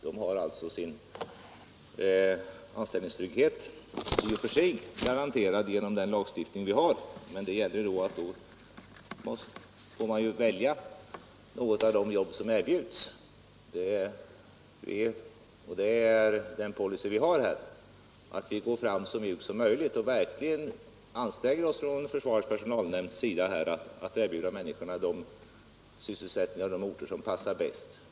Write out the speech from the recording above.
Personalen har sin anställningstrygghet i och för sig garanterad genom den lagstiftning vi har, men man måste då välja något av de jobb som erbjuds. Det är den policy vi har här, nämligen att gå fram så mjukt som möjligt, och försvarets personalnämnd anstränger sig verkligen att erbjuda dessa människor de sysselsättningar och de anställningsorter som passar bäst.